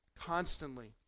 Constantly